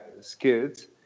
skills